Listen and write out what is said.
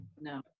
No